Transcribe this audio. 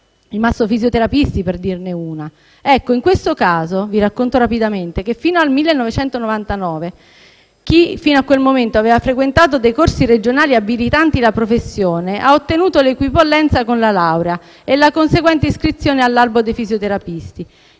I massofisioterapisti, per dirne una. Ecco, in questo caso - vi racconto rapidamente - chi fino al 1999 aveva frequentato dei corsi regionali abilitanti la professione ha ottenuto l'equipollenza con la laurea e la conseguente iscrizione all'albo dei fisioterapisti.